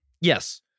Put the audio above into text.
Yes